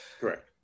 correct